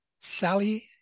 Sally